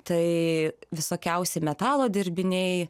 tai visokiausi metalo dirbiniai